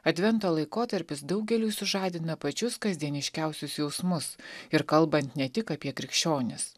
advento laikotarpis daugeliui sužadina pačius kasdieniškiausius jausmus ir kalbant ne tik apie krikščionis